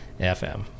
FM